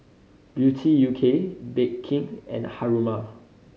Beauty U K Bake King and Haruma